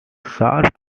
served